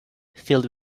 filled